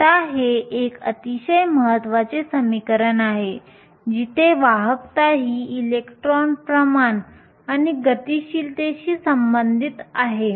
आता हे एक अतिशय महत्वाचे समीकरण आहे जिथे वाहकता ही इलेक्ट्रॉनचे प्रमाण आणि गतिशीलतेशी संबंधित आहे